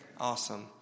Awesome